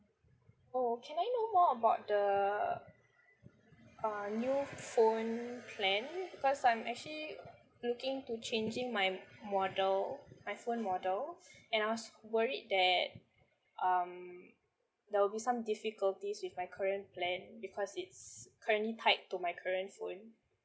oh can I know more about the uh new phone plan because I'm actually looking to changing my model my phone model and I was worried that um there will be some difficulties with my current plan because it's currently tied to my current phone